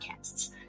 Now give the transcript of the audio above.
podcasts